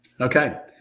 Okay